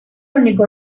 único